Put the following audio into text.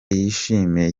yishimiye